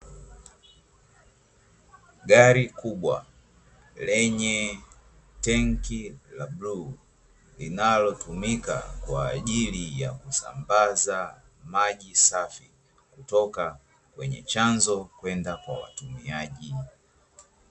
Gari kubwa lenye tenki la bluu linalotumika kwaajili ya kusambaza maji safi kutoka kwenye chanzo kwenda kwa watumiaji.